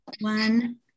One